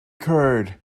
curd